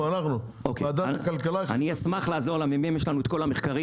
אדוני, אתה שוב